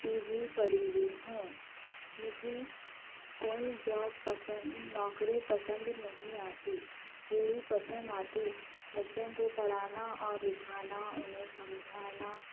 پی G پڑھی ہوئی ہوں مجھے کوئی جاب پسند نوکری پسند نہیں آتی یہی پسند آتی بچوں کو پڑھانا اور لکھانا انہیں سمجھانا